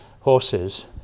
horses